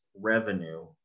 revenue